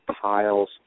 piles